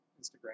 Instagram